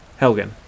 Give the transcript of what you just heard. Helgen